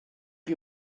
chi